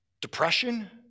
Depression